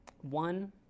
One